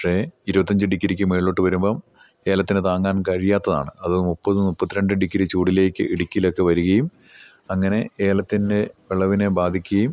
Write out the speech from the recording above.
പക്ഷേ ഇരുപത്തഞ്ച് ഡിഗ്രിക്ക് മുകളിലോട്ട് വരുമ്പം ഏലത്തിന് താങ്ങാൻ കഴിയാത്തതാണ് അത് മുപ്പത് മുപ്പത്തിരണ്ട് ഡിഗ്രി ചൂടിലേക്ക് ഇടുക്കിയിലൊക്കെ വരികയും അങ്ങനെ ഏലത്തിൻ്റെ വിളവിനെ ബാധിക്കുകയും